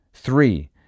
Three